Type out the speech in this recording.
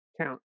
count